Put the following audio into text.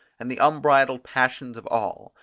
and the unbridled passions of all,